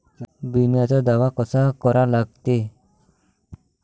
बिम्याचा दावा कसा करा लागते?